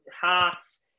hearts